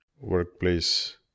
workplace